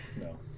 No